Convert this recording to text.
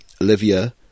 Olivia